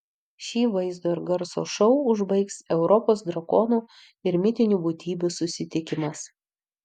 šį vaizdo ir garso šou užbaigs europos drakonų ir mitinių būtybių susitikimas